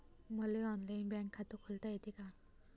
मले online bank खात खोलता येते का?